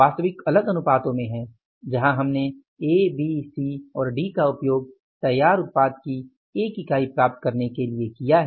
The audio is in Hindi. वास्तविक अलग अनुपातों में है जहाँ हमने ए बी सी और डी का उपयोग तैयार उत्पाद की 1 इकाई प्राप्त करने के लिए किया है